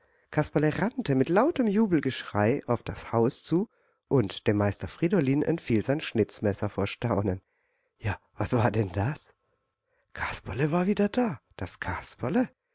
kasperle rannte mit lautem jubelgeschrei auf das haus zu und dem meister friedolin entfiel sein schnitzmesser vor staunen je was war denn das kasperle war wieder da das kasperle